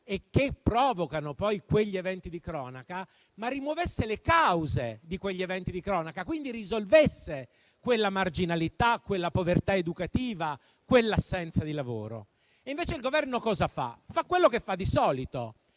che provocano poi quegli eventi di cronaca, ma anche le cause di quegli eventi di cronaca e quindi risolvesse quella marginalità, quella povertà educativa, quell'assenza di lavoro. Invece il Governo cosa fa? Quello che fa di solito.